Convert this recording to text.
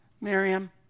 Miriam